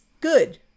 good